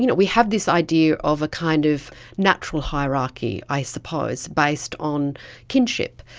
you know we have this idea of a kind of natural hierarchy i suppose based on kinship.